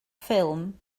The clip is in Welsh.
ffilm